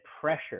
pressure